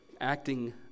acting